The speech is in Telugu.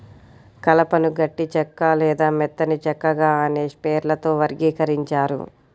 కలపను గట్టి చెక్క లేదా మెత్తని చెక్కగా అనే పేర్లతో వర్గీకరించారు